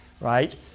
right